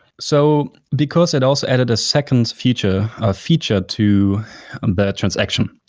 so because it also added a second feature ah feature to the transaction,